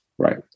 Right